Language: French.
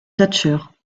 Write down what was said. thatcher